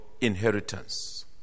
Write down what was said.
inheritance